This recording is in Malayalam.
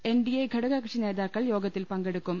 എൻ ഡി എ ഘടക കക്ഷി നേതാക്കൾ യോഗത്തിൽ പങ്കെടുക്കും